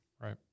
right